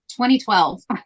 2012